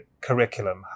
curriculum